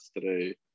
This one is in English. today